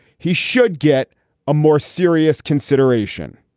he should get a more serious consideration.